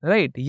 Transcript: Right